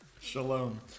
Shalom